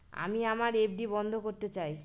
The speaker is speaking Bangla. আমি আমার এফ.ডি বন্ধ করতে চাই